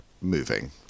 moving